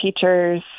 teachers